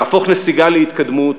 להפוך נסיגה להתקדמות,